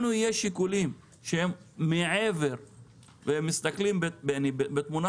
לנו יהיו שיקולים שהם מעבר ומסתכלים בתמונה